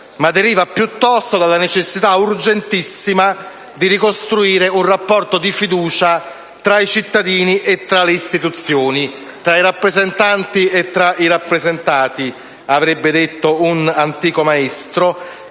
ma deriva piuttosto dalla necessità urgentissima di ricostruire un rapporto di fiducia tra i cittadini e le istituzioni, tra i rappresentanti e i rappresentati (avrebbe detto un antico maestro)